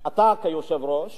אתה כיושב-ראש